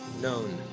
known